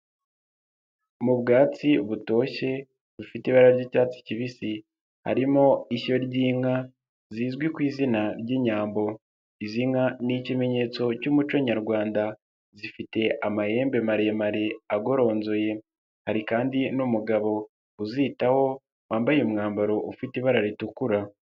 Mu bwatsi butoshye bufite ibara ry'icyatsi kibisi harimo ishyo ry'inka zizwi ku izina ry'Inyambo, izi nka ni ikimenyetso cy'umuco nyarwanda, zifite amahembe maremare agoronzoye, hari kandi n'umugabo uzitaho wambaye umwambaro ufite ibara ritukura.